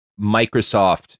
Microsoft